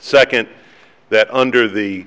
second that under the